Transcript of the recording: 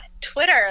Twitter